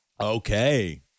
Okay